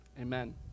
amen